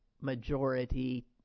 majority